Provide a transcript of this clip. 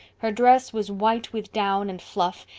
her dress was white with down and fluff,